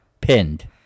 Pinned